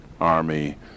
Army